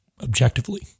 objectively